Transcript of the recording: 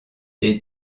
des